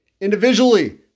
Individually